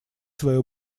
свое